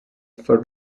for